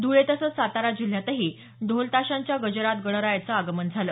धुळे तसंच सातारा जिल्ह्यातही ढोल ताशाच्या गजरात गणरायाचं आगमन झालं